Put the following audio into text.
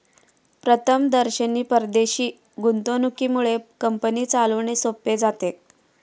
प्रथमदर्शनी परदेशी गुंतवणुकीमुळे कंपनी चालवणे सोपे जाते